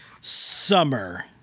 summer